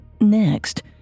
Next